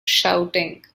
shouting